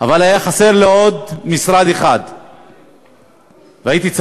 אחרי זה נזכרתי במתווה הגז, ואמרתי: